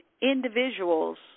individuals